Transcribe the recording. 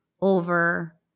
over